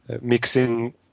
Mixing